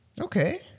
Okay